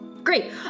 Great